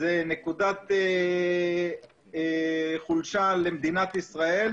זו נקודת חולשה למדינת ישראל.